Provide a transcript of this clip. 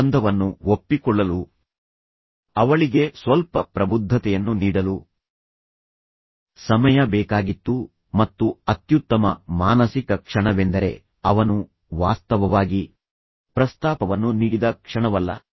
ಸಂಬಂಧವನ್ನು ಒಪ್ಪಿಕೊಳ್ಳಲು ಅವಳಿಗೆ ಸ್ವಲ್ಪ ಪ್ರಬುದ್ಧತೆಯನ್ನು ನೀಡಲು ಸಮಯ ಬೇಕಾಗಿತ್ತು ಮತ್ತು ಅತ್ಯುತ್ತಮ ಮಾನಸಿಕ ಕ್ಷಣವೆಂದರೆ ಅವನು ವಾಸ್ತವವಾಗಿ ಪ್ರಸ್ತಾಪವನ್ನು ನೀಡಿದ ಕ್ಷಣವಲ್ಲ